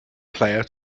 player